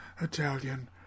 Italian